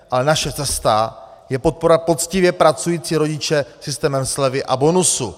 Ale naše cesta je podpora pro poctivě pracující rodiče systémem slevy a bonusu.